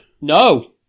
No